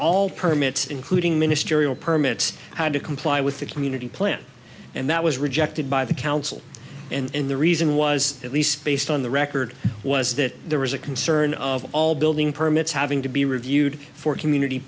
all permits including ministerial permits had to comply with the community plan and that was rejected by the council and the reason was at least based on the record was that there was a concern of all building permits having to be reviewed for community